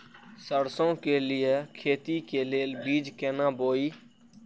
सरसों के लिए खेती के लेल बीज केना बोई?